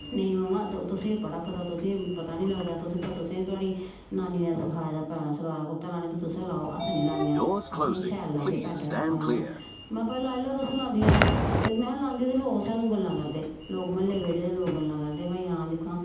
नेईं मम्मा तुसेंगी बड़ा पता तुसेंगी पता निं लगदा तुसेंगी पता थुआढ़ी नानी ने सखाए दा सलवार कुर्ता लाना ते तुसें लाओ असें निं लाना असें शैल लगदे पैंट टॉपां लाना महां भाई लाई लैओ तुस लांदियां ते महां लांदे ते सानूं लोग गल्लां करदे लोक म्हल्ले बेह्ड़े दे लोक गल्लां करदे भाई हां दिक्ख हां